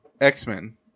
X-Men